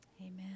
Amen